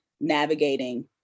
navigating